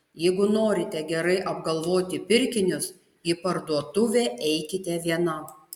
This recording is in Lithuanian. jeigu norite gerai apgalvoti pirkinius į parduotuvę eikite viena